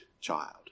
child